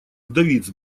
вдовиц